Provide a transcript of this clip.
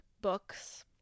books